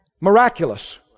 Miraculous